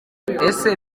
ese